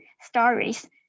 stories